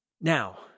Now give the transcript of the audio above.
Now